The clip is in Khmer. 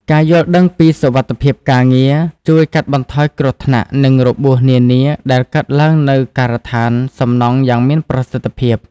ការយល់ដឹងពីសុវត្ថិភាពការងារជួយកាត់បន្ថយគ្រោះថ្នាក់និងរបួសនានាដែលកើតឡើងនៅការដ្ឋានសំណង់យ៉ាងមានប្រសិទ្ធភាព។